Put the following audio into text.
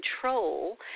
control